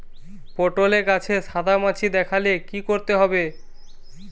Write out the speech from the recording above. পটলে গাছে সাদা মাছি দেখালে কি করতে হবে?